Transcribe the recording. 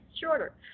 shorter